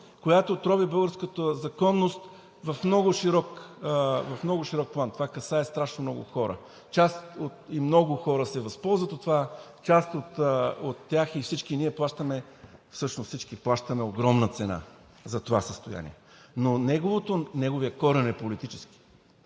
която трови българската законност в много широк план, това касае страшно много хора и много хора се възползват от това, част от тях и всички ние плащаме; Всъщност всички плащаме огромна цена за това състояние. Но неговият корен е политически